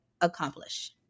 accomplish